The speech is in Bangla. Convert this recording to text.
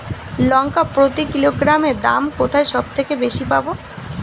লঙ্কা প্রতি কিলোগ্রামে দাম কোথায় সব থেকে বেশি পাব?